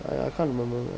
ya I can't remember